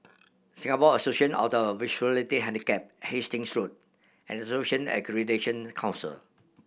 Singapore Association of the Visually Handicapped Hastings Road and Accreditation Council